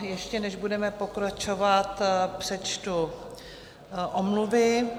Ještě než budeme pokračovat, přečtu omluvy.